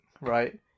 right